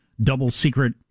double-secret